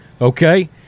Okay